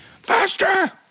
faster